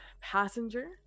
passenger